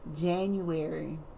January